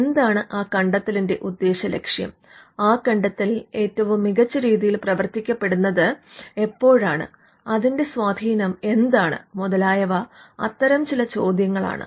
എന്താണ് ആ കണ്ടെത്തലിന്റെ ഉദ്യേശലക്ഷ്യം ആ കണ്ടെത്തൽ ഏറ്റവും മികച്ച രീതിയിൽ പ്രവർത്തിക്കപ്പെടുന്നത് എപ്പോഴാണ് അതിന്റെ സ്വാധീനം എന്താണ് മുതലായവ അത്തരം ചില ചോദ്യങ്ങളാണ്